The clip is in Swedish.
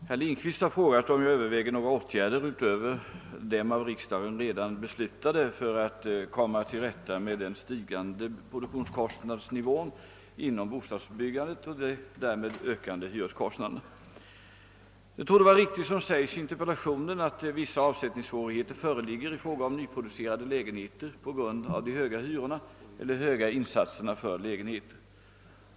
Herr talman! Herr Lindkvist har frågat om jag överväger några åtgärder utöver de av riksdagen redan beslutade för att komma till rätta med den stigande produktionskostnadsnivån inom bostadsbyggandet och de därmed ökande hyreskostnaderna. Det torde vara riktigt som sägs i interpellationen att vissa avsättningssvårigheter föreligger i fråga om nyproducerade lägenheter på grund av de höga hyrorna eller höga insatserna för dessa lägenheter.